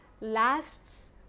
lasts